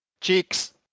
Cheeks